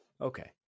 Okay